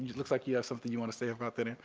looks like you have something you want to say about,